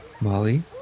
Molly